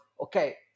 okay